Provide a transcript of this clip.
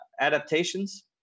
adaptations